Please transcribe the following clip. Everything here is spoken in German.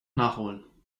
nachholen